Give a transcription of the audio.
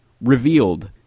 Revealed